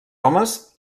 homes